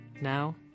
Now